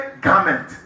garment